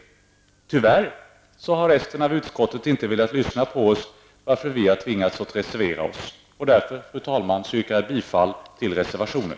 Tyvärr har resten av utskottet inte velat lyssna på oss, varför vi har tvingats reservera oss. Fru talman, jag yrkar jag bifall till reservationen.